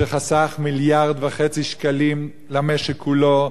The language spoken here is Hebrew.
שחסך 1.5 מיליארד שקלים למשק כולו,